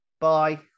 bye